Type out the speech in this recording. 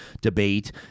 debate